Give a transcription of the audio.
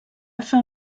fin